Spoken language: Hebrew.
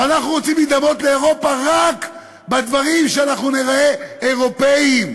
אבל אנחנו רוצים להידמות לאירופה רק בדברים שאנחנו ניראה אירופים,